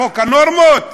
חוק הנורמות?